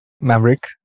Maverick